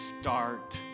start